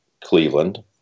Cleveland